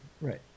Right